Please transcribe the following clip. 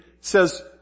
says